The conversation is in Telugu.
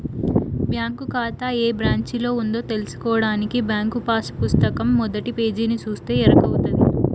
బ్యాంకు కాతా ఏ బ్రాంచిలో ఉందో తెల్సుకోడానికి బ్యాంకు పాసు పుస్తకం మొదటి పేజీని సూస్తే ఎరకవుతది